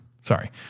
Sorry